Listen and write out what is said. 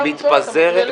אתה מפריע לי לדבר.